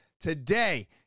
today